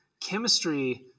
chemistry